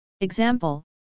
example